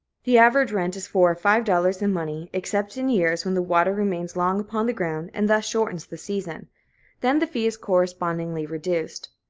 the average rent is four or five dollars in money, except in years when the water remains long upon the ground, and thus shortens the season then the fee is correspondingly reduced.